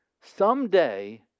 someday